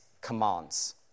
commands